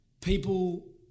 people